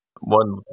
One